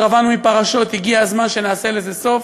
מפרשיות, רווינו מפרשות, הגיע הזמן שנעשה לזה סוף.